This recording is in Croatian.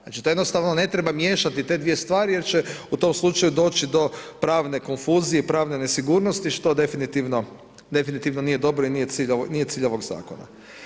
Znači to jednostavno ne treba miješati te dvije stvari jer će u tom slučaju doći do pravne konfuzije i pravne nesigurnosti što definitivno nije dobro i nije cilj ovog zakona.